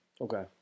Okay